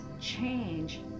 change